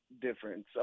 difference